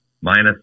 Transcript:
minus